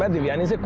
um devyani's